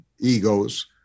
egos